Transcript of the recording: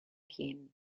him